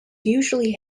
usually